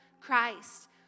Christ